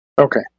Okay